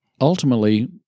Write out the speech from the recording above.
ultimately